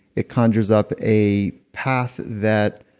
it conjures up a path that